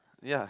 ya